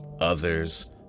others